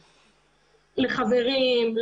לחברים,